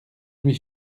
lui